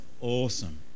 awesome